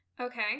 Okay